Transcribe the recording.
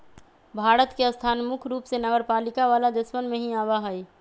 भारत के स्थान मुख्य रूप से नगरपालिका वाला देशवन में ही आवा हई